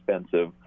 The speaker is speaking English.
expensive